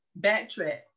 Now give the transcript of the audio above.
backtrack